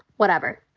whatever.